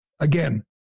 Again